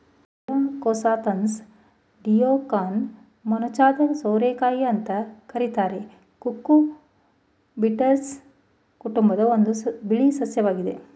Trichosanthes dioica ಮೊನಚಾದ ಸೋರೆಕಾಯಿ ಅಂತ ಕರೀತಾರೆ ಕುಕುರ್ಬಿಟೇಸಿ ಕುಟುಂಬದ ಒಂದು ಬಳ್ಳಿ ಸಸ್ಯವಾಗಿದೆ